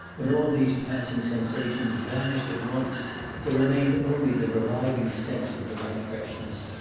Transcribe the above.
and all these passing sensations vanished at once there remained only the reviving sense of the night freshness,